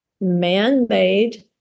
man-made